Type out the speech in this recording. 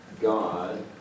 God